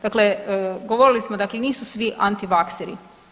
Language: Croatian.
Dakle, govorili smo, dakle nisu svi antivakseri.